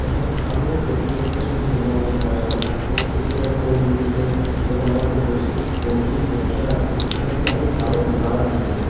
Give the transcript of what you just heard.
এবং আমি এই পোল্ট্রির ব্যবসার সাথে যেরকম আমার চাষ আবাদ করছি সেটা করেই যেতে চাই এবং আমার যে পোল্ট্রির ব্যবসাটা আছে সেটাকে আমি আরও বাড়াতে চাই